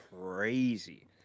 crazy